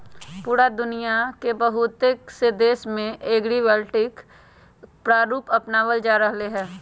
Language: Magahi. पूरा दुनिया के बहुत से देश में एग्रिवोल्टिक प्रारूप अपनावल जा रहले है